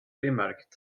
bemerkt